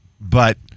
but-